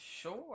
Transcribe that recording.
Sure